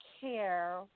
care